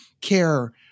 care